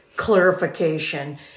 clarification